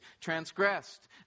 transgressed